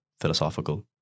philosophical